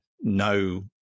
no